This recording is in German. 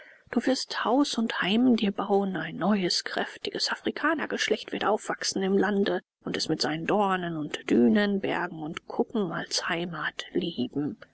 du wirst haus und heim dir bauen ein neues kräftiges afrikanergeschlecht wird aufwachsen im lande und es mit seinen dornen und dünen bergen und kuppen als heimat lieben